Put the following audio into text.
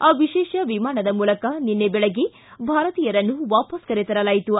ಆ ವಿಶೇಷ ವಿಮಾನದ ಮೂಲಕ ನಿನ್ನೆ ಬೆಳಗ್ಗೆ ಭಾರತೀಯರನ್ನು ವಾಪಸ್ ಕರೆ ತರಲಾಯಿತು